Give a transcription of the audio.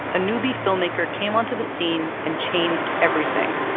a newbie filmmaker came onto the scene and changed everything.